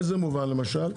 באיזה מובן למשל?